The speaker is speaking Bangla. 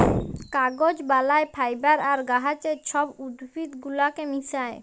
কাগজ বালায় ফাইবার আর গাহাচের ছব উদ্ভিদ গুলাকে মিশাঁয়